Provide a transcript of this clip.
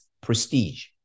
prestige